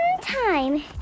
time